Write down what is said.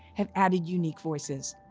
have added unique voices.